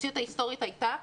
המציאות ההיסטורית הייתה,